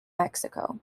mexico